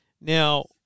now